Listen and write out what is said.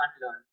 unlearn